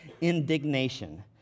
indignation